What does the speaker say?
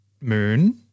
moon